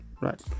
right